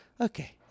okay